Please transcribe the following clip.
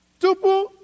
Tupu